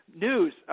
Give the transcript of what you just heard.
News